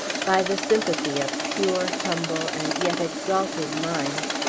by the sympathy of pure, humble, and yet exalted minds,